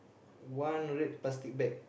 one red plastic bag